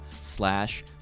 slash